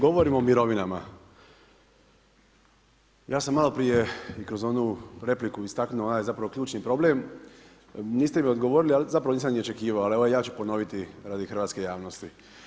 Govorimo o mirovinama, ja sam maloprije i kroz onu repliku istaknuo onaj ključni problem, niste mi odgovorili, ali zapravo nisam ni očekivao, ali evo ja ću ponoviti radi hrvatske javnosti.